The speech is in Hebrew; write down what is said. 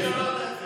שאמרת את זה.